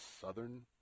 Southern